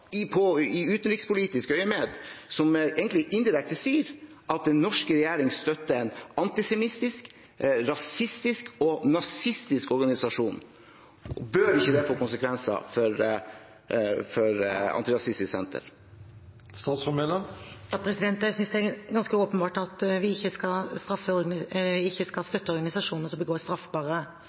i utenrikspolitiske øyemed, som egentlig indirekte sier at den norske regjering støtter en antisemittisk, rasistisk og nazistisk organisasjon? Bør ikke det få konsekvenser for Antirasistisk Senter? Jeg synes det er ganske åpenbart at vi ikke skal støtte organisasjoner som begår straffbare